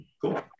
Cool